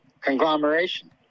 conglomeration